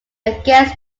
against